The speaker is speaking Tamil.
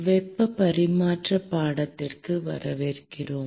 வெப்ப பரிமாற்ற பாடத்திற்கு வரவேற்கின்றோம்